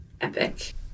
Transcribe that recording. Epic